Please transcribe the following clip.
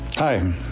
Hi